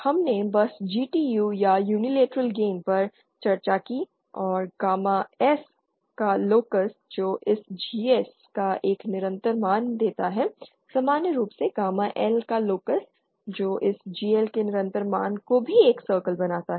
हमने बस GTU या युनिलेटरल गेन पर चर्चा की और गामा S का लोकस जो इस GS का एक निरंतर मान देता है समान रूप से गामा L का लोकस जो इस GL के निरंतर मान को भी एक सर्किल बनाता है